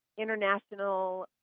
international